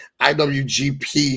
IWGP